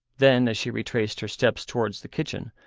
then, as she retraced her steps towards the kitchen,